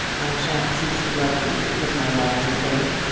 i shan't cease to love you because my love is in vain.